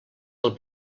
del